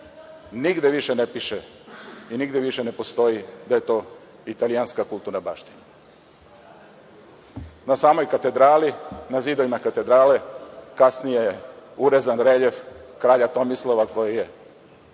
Nigde više ne piše i nigde više ne postoji da je to italijanska kulturna baština. Na samoj katedrali, na zidovima katedrale kasnije je urezan reljef kralja Tomislava, koji je